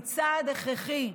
היא צעד הכרחי.